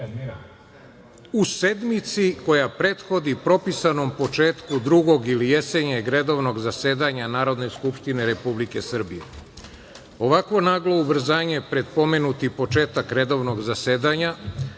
u sedmici koja prethodi propisanom početku drugog ili jesenjeg redovnog zasedanja Narodne skupštine Republike Srbije. Ovako naglo ubrzanje pred pomenuti početak redovnog zasedanja